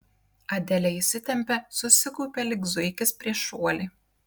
adelė įsitempė susikaupė lyg zuikis prieš šuolį